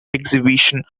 exhibition